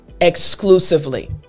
exclusively